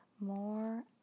more